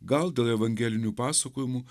gal dėl evangelinių pasakojimų